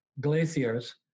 glaciers